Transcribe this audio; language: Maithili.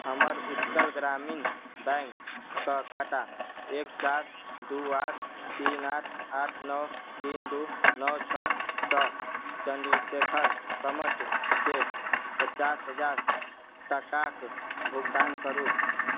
हमर उत्कल ग्रामीण बैंकके खाता एक चारि दू आठ तीन आठ आठ नओ तीन दू नओ छओ सऽ चंद्रशेखर कमतके पचास हजार टाकाके भुगतान करू